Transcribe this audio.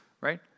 Right